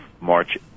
March